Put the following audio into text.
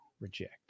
reject